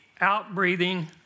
outbreathing